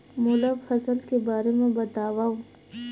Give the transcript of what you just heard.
मोला फसल के बारे म बतावव?